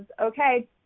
okay